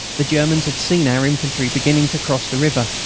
the germans had seen our infantry beginning to cross the river,